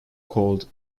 called